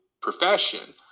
profession